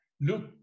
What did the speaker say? look